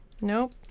Nope